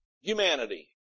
humanity